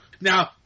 Now